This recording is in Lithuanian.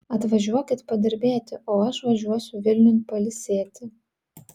atvažiuokit padirbėti o aš važiuosiu vilniun pailsėti